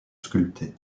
sculptées